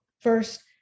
first